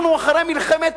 אנחנו אחרי מלחמת